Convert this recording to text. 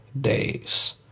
days